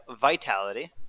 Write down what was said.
Vitality